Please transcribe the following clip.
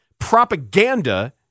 propaganda